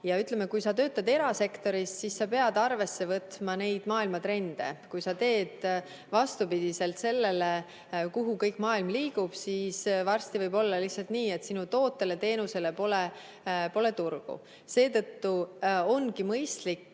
liiguvad. Kui sa töötad erasektoris, siis sa pead arvesse võtma maailma trende. Kui sa teed vastupidiselt sellele, kuhu kogu maailm liigub, siis varsti võib olla lihtsalt nii, et sinu tootele või teenusele pole turgu. Seetõttu ongi mõistlik